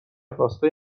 راستای